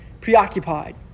Preoccupied